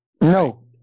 No